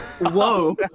Whoa